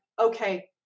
okay